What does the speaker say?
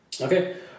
Okay